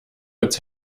als